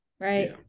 right